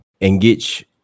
engage